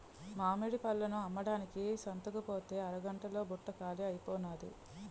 మామిడి పళ్ళను అమ్మడానికి సంతకుపోతే అరగంట్లో బుట్ట కాలీ అయిపోనాది